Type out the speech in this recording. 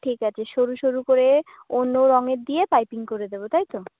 ঠিক আছে সরু সরু করে অন্য রঙের দিয়ে পাইপিং করে দেবো তাই তো